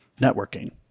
networking